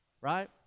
right